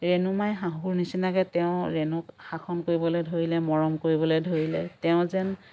ৰেণুমাই শাহুৰ নিচিনাকে তেওঁ ৰেণুক শাসন কৰিবলৈ ধৰিলে মৰম কৰিবলে ধৰিলে তেওঁ যেন